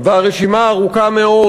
והרשימה ארוכה מאוד,